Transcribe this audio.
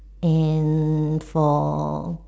and for